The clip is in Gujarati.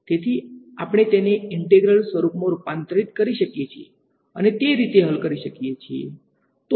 તેથી આપણે તેને ઈંટેગ્રલ સ્વરૂપમાં રૂપાંતરિત કરી શકીએ છીએ અને તે રીતે હલ કરી શકીએ છીએ